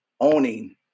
owning